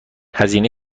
هزینه